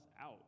out